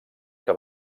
que